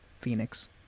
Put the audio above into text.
phoenix